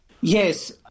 Yes